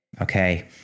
okay